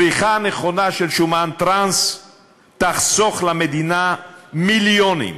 צריכה נכונה של שומן טראנס תחסוך למדינה מיליונים,